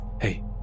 hey